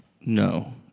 No